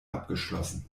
abgeschlossen